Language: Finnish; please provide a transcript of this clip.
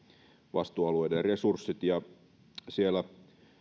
vastuualueiden resurssit ja siellä